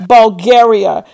Bulgaria